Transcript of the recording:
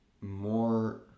more